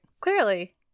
Clearly